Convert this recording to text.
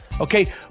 okay